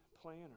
planner